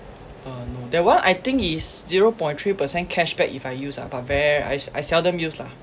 uh no that one I think is zero point three percent cashback if I use ah but very rare I I seldom use lah